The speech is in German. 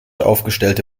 aufgestellte